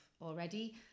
already